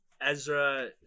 Ezra